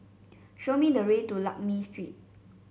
show me the way to Lakme Street